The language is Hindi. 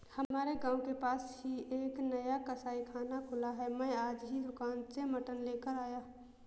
हमारे गांव के पास ही एक नया कसाईखाना खुला है मैं आज ही दुकान से मटन लेकर आया